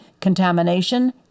contamination